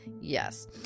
Yes